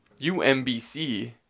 UMBC